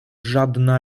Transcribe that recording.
żadna